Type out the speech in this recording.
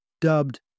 dubbed